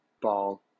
Ball